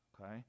okay